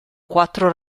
quattro